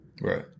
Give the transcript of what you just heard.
Right